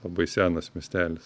labai senas miestelis